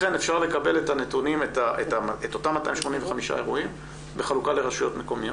לכן אפשר לקבל את אותם 285 אירועים בחלוקה לרשויות מקומיות.